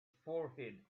forehead